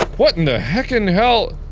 what in the heckin' hell.